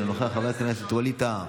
תודה רבה.